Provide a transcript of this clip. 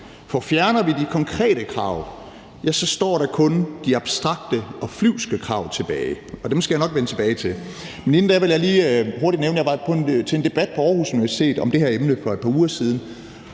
For fjerner vi de konkrete krav, ja, så står der kun de abstrakte og flyvske krav tilbage, og dem skal jeg nok vende tilbage til. Men inden da vil jeg lige hurtigt nævne, at jeg var til en debat på Aarhus Universitet om det her emne for et par uger siden,